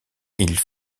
ils